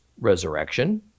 resurrection